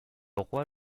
roy